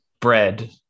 bread